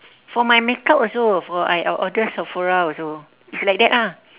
for my makeup also for I I order sephora also it's like that ah